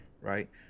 Right